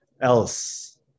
else